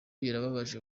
birababaje